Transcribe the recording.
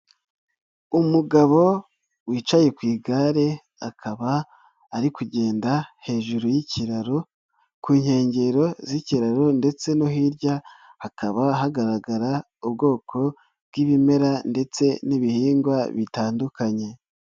Umugabo wicaye ku igare, akaba ari kugenda hejuru y'ikiraro, ku nkengero z'ikiraro ndetse no hirya hakaba hagaragara ubwoko bw'ibimera ndetse n'ibihingwa bitandukanye.